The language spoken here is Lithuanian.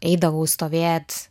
eidavau stovėt